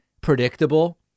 predictable